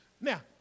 Now